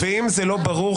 אם זה לא ברור,